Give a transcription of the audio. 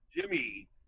Jimmy